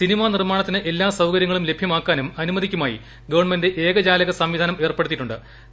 cinema നിർമ്മാണത്തിന് എല്ലാ സൌകര്യങ്ങളും ലഭ്യമാക്കാനും അനുമതിക്കുമായി ഗവൺമെന്റ് ഏകജാലക സംവിധാനം ഏർപ്പെടുത്തിയിട്ടു ്